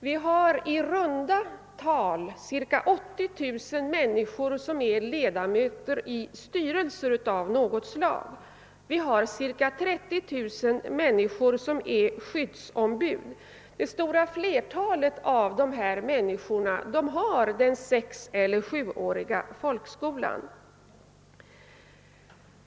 Vi har i runt tal 80 000 människor som är ledamöter av styrelser av något slag. Vi har ca 30 000 människor som är skyddsombud. Det stora flertalet av dessa människor har den sexeller sjuåriga folkskolan.